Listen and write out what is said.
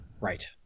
Right